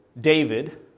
David